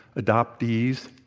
adoptees,